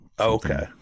Okay